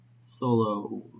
solo